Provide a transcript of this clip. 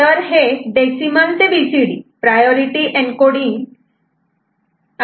तर हे डेसिमल ते बीसीडी प्रायोरिटी एन्कोडींग आहे